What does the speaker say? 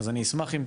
אז אני אשמח אם,